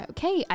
Okay